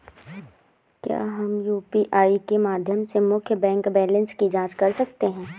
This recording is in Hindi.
क्या हम यू.पी.आई के माध्यम से मुख्य बैंक बैलेंस की जाँच कर सकते हैं?